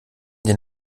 den